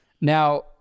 Now